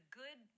good